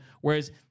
whereas